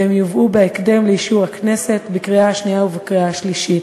והם יובאו בהקדם לאישור הכנסת בקריאה שנייה ובקריאה שלישית.